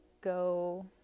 go